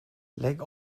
lägg